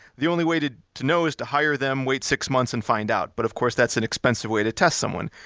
the only way to to know is to hire them, wait six months and find out. but of course, that's an expensive way to test someone,